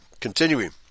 Continuing